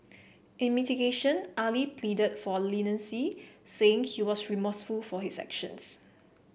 in mitigation Ali pleaded for leniency saying he was remorseful for his actions